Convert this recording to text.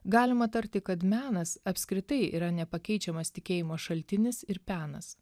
galima tarti kad menas apskritai yra nepakeičiamas tikėjimo šaltinis ir penas